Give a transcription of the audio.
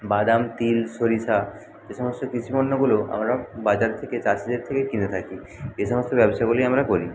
বাদাম তিল সরিষা যে সমস্ত কৃষিপণ্যগুলো আমরা বাজার থেকে চাষিদের থেকে কিনে থাকি এ সমস্ত ব্যবসাগুলি আমরা করি